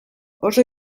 oso